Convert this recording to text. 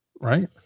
right